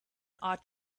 ought